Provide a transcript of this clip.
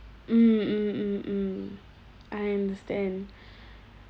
mm mm mm mm I understand